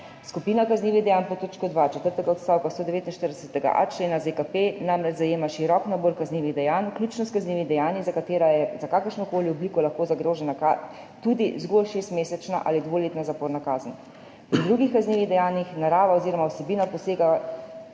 Skupina kaznivih dejanj pod točko 2 četrtega odstavka 149.a člena ZKP namreč zajema širok nabor kaznivih dejanj, vključno s kaznivimi dejanji, za katera je za kakršno obliko lahko zagrožena tudi (zgolj) šestmesečna ali dvoletna zaporna kazen. Pri drugih kaznivih dejanjih narava oziroma vsebina posega